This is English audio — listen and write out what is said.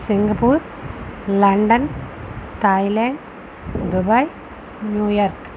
Singapore London Thailand Dubai New York